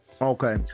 Okay